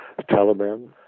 Taliban